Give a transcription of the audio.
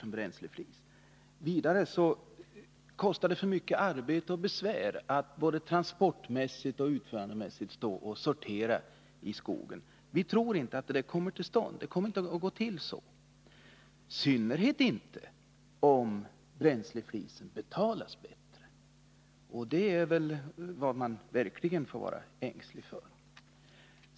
Det kommer för det andra att kosta alltför mycket arbete och besvär, både transportoch utförandemässigt, att göra denna sortering i skogen. Vi tror inte att det kommer att gå till så, i synnerhet inte om bränsleflisen betalas bättre — och det är väl det som man verkligen har anledning att vara ängslig för.